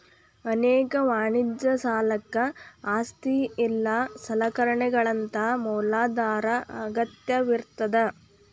ಅನೇಕ ವಾಣಿಜ್ಯ ಸಾಲಕ್ಕ ಆಸ್ತಿ ಇಲ್ಲಾ ಸಲಕರಣೆಗಳಂತಾ ಮ್ಯಾಲಾಧಾರ ಅಗತ್ಯವಿರ್ತದ